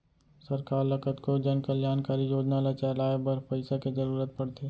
सरकार ल कतको जनकल्यानकारी योजना ल चलाए बर पइसा के जरुरत पड़थे